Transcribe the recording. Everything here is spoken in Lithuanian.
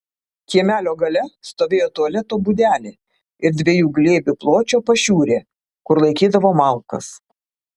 kiemelio gale stovėjo tualeto būdelė ir dviejų glėbių pločio pašiūrė kur laikydavo malkas